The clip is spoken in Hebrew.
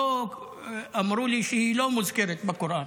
אמרו לי שהיא לא מוזכרת בקוראן.